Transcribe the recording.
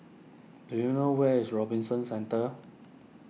do you know where is Robinson Centre